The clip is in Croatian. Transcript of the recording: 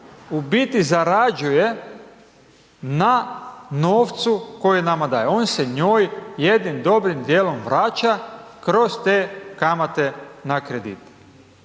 u biti zarađuje na novcu koji nama daje, on se njoj jednim dobrim dijelom vraća kroz te kamate na kredite